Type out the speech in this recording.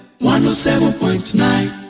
107.9